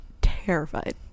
terrified